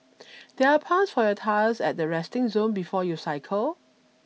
there are pumps for your tyres at the resting zone before you cycle